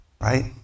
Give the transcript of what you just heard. right